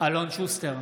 אלון שוסטר,